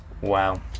Wow